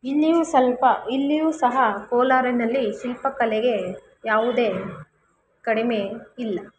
ಇಲ್ಲಿಯೂ ಸ್ವಲ್ಪ ಇಲ್ಲಿಯೂ ಸಹ ಕೋಲಾರನಲ್ಲಿ ಶಿಲ್ಪಕಲೆಗೆ ಯಾವುದೇ ಕಡಿಮೆ ಇಲ್ಲ